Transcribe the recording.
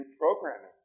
programming